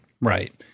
right